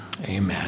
amen